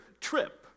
trip